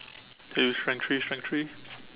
eh you strength three strength three